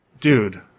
Dude